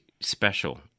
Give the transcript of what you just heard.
special